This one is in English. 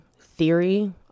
theory